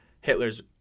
Hitler's